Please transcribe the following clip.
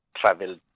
travel